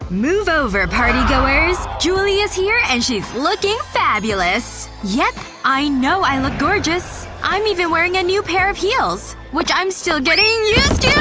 move over party-goers, julie is here and she's looking fabulous! yep, i know i look gorgeous. i'm even wearing a new pair of heels! which i'm still getting used to,